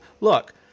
look